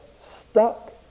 stuck